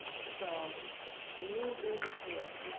so you being here,